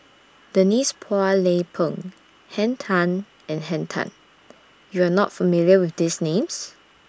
Denise Phua Lay Peng Henn Tan and Henn Tan YOU Are not familiar with These Names